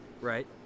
Right